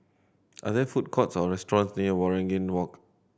are there food courts or restaurants near Waringin Walk